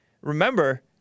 Remember